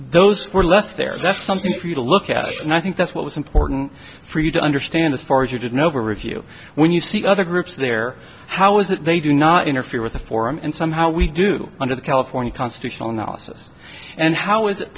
those were left there that's something for you to look at and i think that's what was important for you to understand as far as you didn't over review when you see other groups there how is it they do not interfere with the forum and somehow we do under the california constitutional analysis and how is it